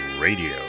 Radio